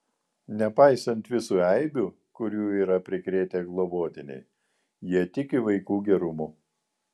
nepaisant visų eibių kurių yra prikrėtę globotiniai ji tiki vaikų gerumu